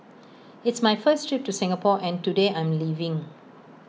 it's my first trip to Singapore and today I'm leaving